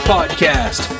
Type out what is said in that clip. Podcast